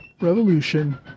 Revolution